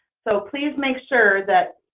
so please make sure that